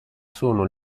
sono